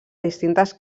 distintes